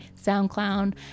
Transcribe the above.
SoundCloud